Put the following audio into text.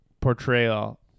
portrayal